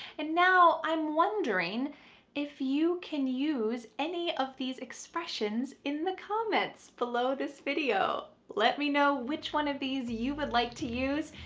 and now i'm wondering if you can use any of these expressions in the comments below this video. let me know which one of these you would like to use.